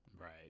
Right